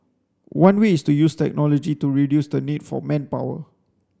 one way is to use technology to reduce the need for manpower